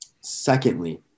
Secondly